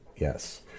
yes